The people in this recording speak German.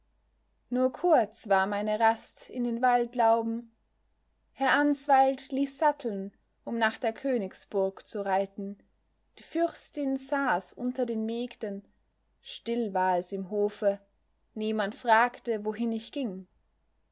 nur kurz war meine rast in den waldlauben herr answald ließ satteln um nach der königsburg zu reiten die fürstin saß unter den mägden still war es im hofe niemand fragte wohin ich ging